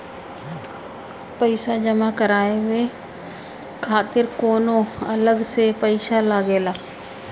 पईसा जमा करवाये खातिर कौनो अलग से पईसा लगेला?